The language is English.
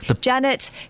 Janet